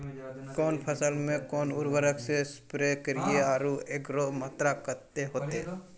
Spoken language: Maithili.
कौन फसल मे कोन उर्वरक से स्प्रे करिये आरु एकरो मात्रा कत्ते होते?